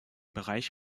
bereich